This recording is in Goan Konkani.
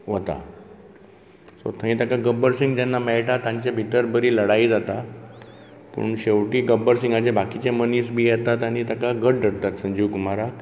वता सो थंय ताका गब्बर सिंग जेन्ना मेळटा थंय तांची बरी लडाई जाता पूण शेवटी गब्बर सिंगाचे बाकीचे मनीस बी येतात आनी ताका घट्ट धरता संजीव कुमाराक